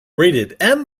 rated